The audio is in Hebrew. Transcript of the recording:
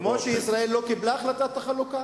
כמו שישראל לא קיבלה את החלטת החלוקה,